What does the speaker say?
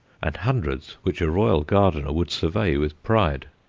and hundreds which a royal gardener would survey with pride.